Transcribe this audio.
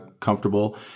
comfortable